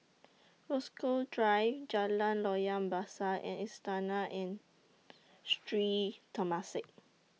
Rasok Drive Jalan Loyang Besar and Istana and Sri Temasek